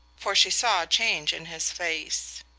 for she saw a change in his face.